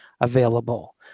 available